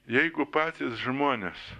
jeigu patys žmonės